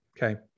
Okay